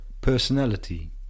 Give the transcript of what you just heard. personality